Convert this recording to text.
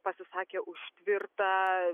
pasisakė už tvirtą